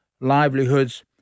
livelihoods